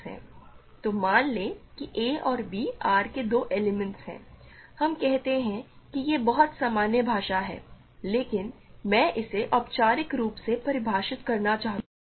तो मान लें कि a और b R के दो एलिमेंट्स हैं हम कहते हैं कि यह बहुत सामान्य भाषा है लेकिन मैं इसे औपचारिक रूप से परिभाषित करना चाहता हूं